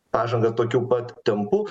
pažangą tokiu pat tempu